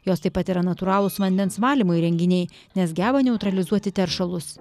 jos taip pat yra natūralūs vandens valymo įrenginiai nes geba neutralizuoti teršalus